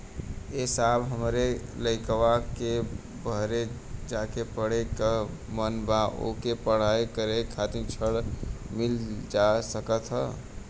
ए साहब हमरे लईकवा के बहरे जाके पढ़े क मन बा ओके पढ़ाई करे खातिर ऋण मिल जा सकत ह?